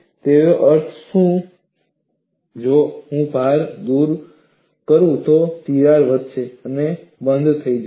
તેનો અર્થ એ કે જો હું ભાર દૂર કરું તો તિરાડ વધશે અને બંધ થઈ જશે